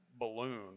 balloon